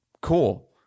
cool